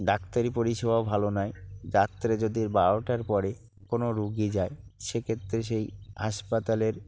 ডাক্তারি পরিষেবা ভালো নাই ডাক্তারের যদি বারোটার পরে কোনও রুগী যায় সেক্ষেত্রে সেই হাসপাতালের